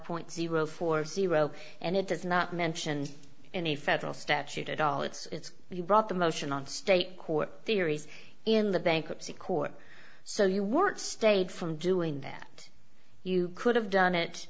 point zero four zero and it does not mention any federal statute at all it's you brought the motion on state court theories in the bankruptcy court so you weren't staid from doing that you could have done it